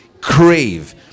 Crave